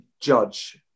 judge